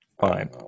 fine